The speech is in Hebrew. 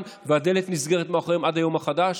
והדלת נסגרת מאחוריהן עד היום החדש.